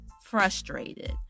frustrated